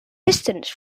distance